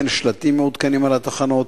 אין שלטים מעודכנים על התחנות.